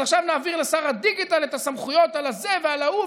אז עכשיו נעביר לשר הדיגיטל את הסמכויות על הזה ועל ההוא,